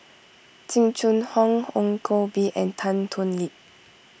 Jing Jun Hong Ong Koh Bee and Tan Thoon Lip